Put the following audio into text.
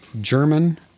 German